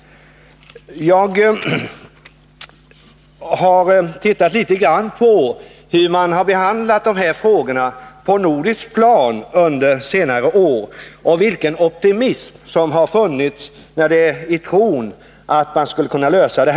Jag har sett litet grand på hur man under senare år har behandlat de här Nr 43 frågorna på det nordiska planet, och jag har sett vilken optimism som har Fredagen den funnits — en tro att man skulle kunna lösa problemen.